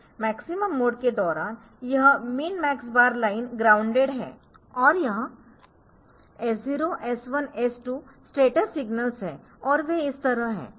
maximum mode के दौरान यह min max bar line grounded है और यह S 0 S 1 S 2 status signals है और वे इस तरह है